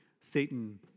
Satan